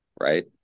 Right